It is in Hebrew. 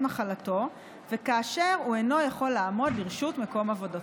מחלתו וכאשר הוא אינו יכול לעמוד לרשות מקום עבודתו.